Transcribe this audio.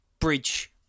bridge